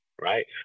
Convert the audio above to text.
right